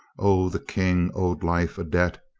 o, the king owed life a debt!